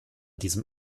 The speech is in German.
diesem